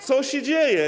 Co się dzieje?